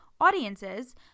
audiences